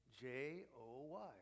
J-O-Y